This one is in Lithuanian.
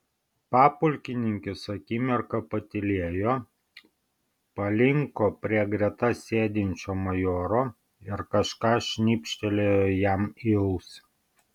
papulkininkis akimirką patylėjo palinko prie greta sėdinčio majoro ir kažką šnibžtelėjo jam į ausį